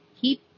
keep